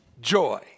joy